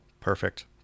Perfect